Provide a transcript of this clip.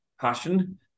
passion